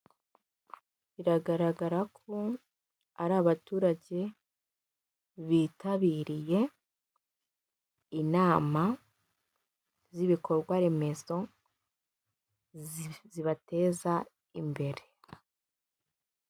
Biragaragara ko ari abaturage bitabiriye inama z'ibikorwa remezo zibateza imbere.